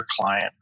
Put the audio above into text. client